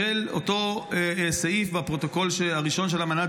של אותו סעיף בפרוטוקול הראשון של אמנת